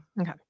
Okay